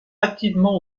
activement